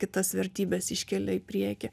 kitas vertybes iškelia į priekį